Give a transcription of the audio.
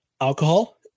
alcohol